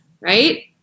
right